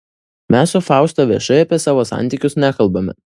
mes su fausta viešai apie savo santykius nekalbame